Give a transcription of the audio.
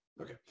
Okay